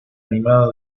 animada